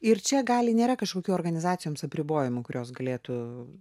ir čia gali nėra kažkokių organizacijoms apribojimų kurios galėtų